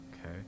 okay